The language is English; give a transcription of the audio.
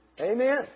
Amen